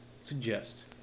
suggest